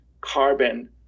carbon